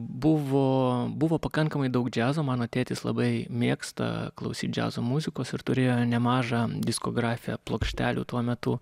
buvo buvo pakankamai daug džiazo mano tėtis labai mėgsta klausyt džiazo muzikos ir turėjo nemažą diskografiją plokštelių tuo metu